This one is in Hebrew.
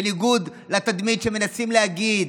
בניגוד לתדמית שמנסים להגיד,